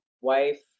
wife